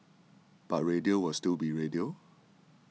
but radio will still be radio